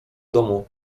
domu